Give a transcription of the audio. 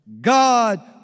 God